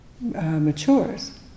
matures